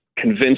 convince